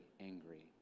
angry